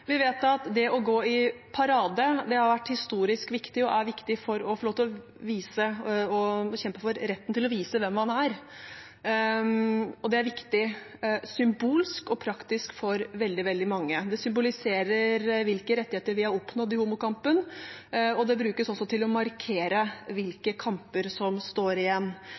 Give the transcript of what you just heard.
viktig for å få lov til å kjempe for retten til å vise hvem man er. Det er viktig – symbolsk og praktisk – for veldig, veldig mange. Det symboliserer hvilke rettigheter vi har oppnådd i homokampen. Det brukes også til å markere hvilke kamper som står igjen.